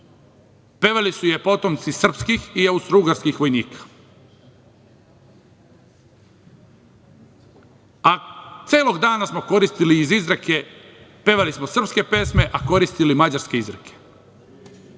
Pevali su je potomci srpskih i austrougarskih vojnika. A celog dana smo koristili izreke – pevali smo srpske pesme, a koristili mađarske izreke.